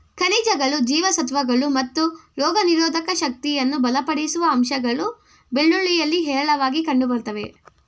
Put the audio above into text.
ಖನಿಜಗಳು ಜೀವಸತ್ವಗಳು ಮತ್ತು ರೋಗನಿರೋಧಕ ಶಕ್ತಿಯನ್ನು ಬಲಪಡಿಸುವ ಅಂಶಗಳು ಬೆಳ್ಳುಳ್ಳಿಯಲ್ಲಿ ಹೇರಳವಾಗಿ ಕಂಡುಬರ್ತವೆ